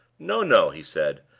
no, no, he said,